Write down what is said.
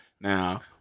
Now-